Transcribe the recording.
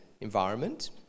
environment